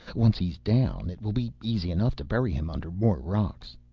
once he is down, it will be easy enough to bury him under more rocks.